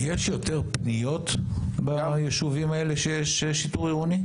יש יותר פניות ביישובים שיש שיטור עירוני?